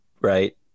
right